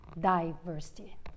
diversity